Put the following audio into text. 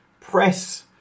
press